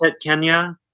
Kenya